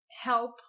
help